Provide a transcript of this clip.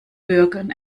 bürgern